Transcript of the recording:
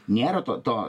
nėra to to